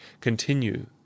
continue